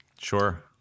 Sure